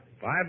Five